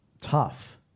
tough